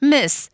Miss